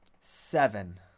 seven